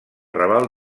raval